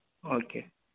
okay